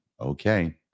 Okay